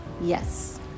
yes